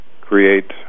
create